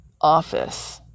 office